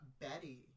Betty